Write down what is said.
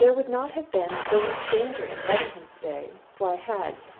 there would not have been the least danger in letting him stay, for i had,